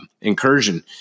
incursion